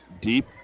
Deep